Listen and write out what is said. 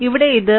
ഇവിടെ ഇത് 4 0